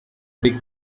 big